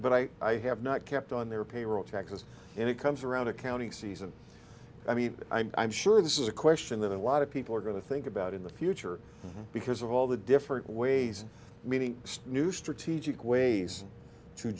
but i i have not kept on their payroll taxes and it comes around accounting season i mean i'm sure this is a question that a lot of people are going to think about in the future because of all the different ways meaning new strategic ways to